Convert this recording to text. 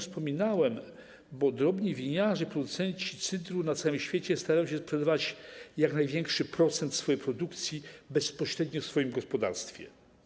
Wspominałem o tym, bo drobni winiarze, producenci cydru na całym świecie starają się sprzedawać jak największy procent swojej produkcji bezpośrednio w swoim gospodarstwie.